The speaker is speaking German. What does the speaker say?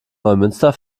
neumünster